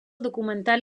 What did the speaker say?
documental